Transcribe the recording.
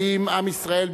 האם עם ישראל,